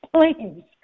please